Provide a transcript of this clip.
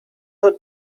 her